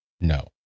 No